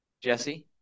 Jesse